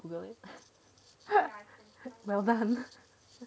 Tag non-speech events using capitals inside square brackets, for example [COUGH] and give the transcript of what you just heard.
google it [LAUGHS] well done